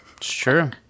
Sure